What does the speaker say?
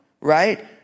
right